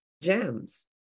Gems